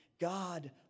God